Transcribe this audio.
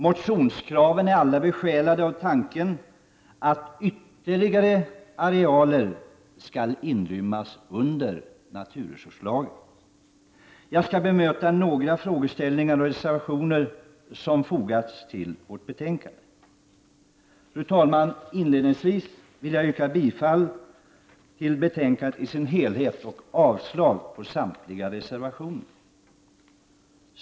Motionärerna är i alla sina krav besjälade av tanken att ytterligare arealer skall inrymmas under naturresurslagen. Jag skall kommentera några frågeställningar och bemöta några reservationer som fogats vid betänkandet. Fru talman! Inledningsvis vill jag yrka bifall till utskottets hemställan i dess helhet och avslag på samtliga reservationer.